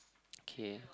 okay